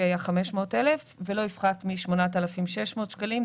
היה 500 אלף ולא יפחת מ-8,600 שקלים.